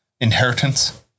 inheritance